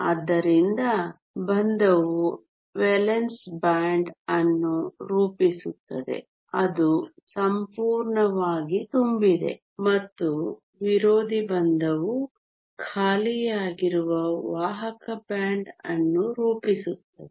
ಆದ್ದರಿಂದ ಬಂಧವು valence band ಅನ್ನು ರೂಪಿಸುತ್ತದೆ ಅದು ಸಂಪೂರ್ಣವಾಗಿ ತುಂಬಿದೆ ಮತ್ತು ವಿರೋಧಿ ಬಂಧವು ಖಾಲಿಯಾಗಿರುವ ವಾಹಕ ಬ್ಯಾಂಡ್ ಅನ್ನು ರೂಪಿಸುತ್ತದೆ